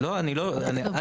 אני לא יודע.